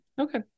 Okay